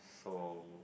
so